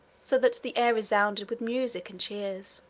so that the air resounded with music and cheers.